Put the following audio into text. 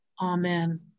Amen